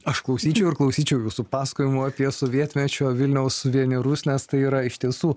aš klausyčiau ir klausyčiau jūsų pasakojimų apie sovietmečio vilniaus suvenyrus nes tai yra iš tiesų